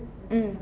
mm